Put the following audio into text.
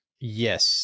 Yes